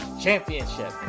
Championship